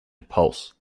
pulse